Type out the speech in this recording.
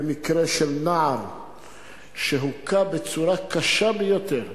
במקרה של נער שהוכה בצורה קשה ביותר.